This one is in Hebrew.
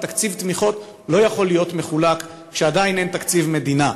כי תקציב תמיכות לא יכול להיות מחולק כשעדיין אין תקציב מדינה.